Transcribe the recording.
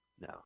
no